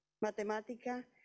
matemática